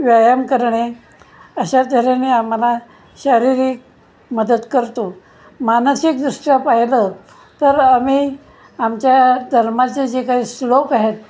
व्यायाम करणे अशा तऱ्हेने आम्हाला शारीरिक मदत करतो मानसिकदृष्ट्या पाहिलं तर आम्ही आमच्या धर्माचे जे काही श्लोक आहेत